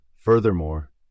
Furthermore